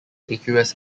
aqueous